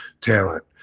talent